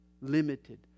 limited